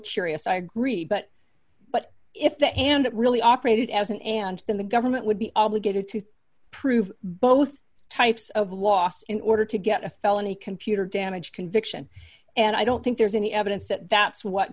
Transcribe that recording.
curious i agree but but if that hand really operated as an ant then the government would be obligated to prove both types of loss in order to get a felony computer damage conviction and i don't think there's any evidence that that's what